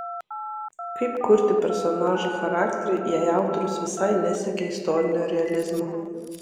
kaip kurti personažo charakterį jei autorius visai nesiekė istorinio realizmo